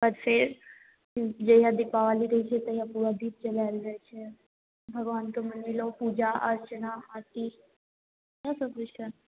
तब फेर जहिया दीपावली रहै छै तहिया पूरा दीप जलायल जाइ छै भगवानके मनेलहुँ पूजा अर्चना आदि इएहे सभ होइ छै